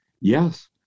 Yes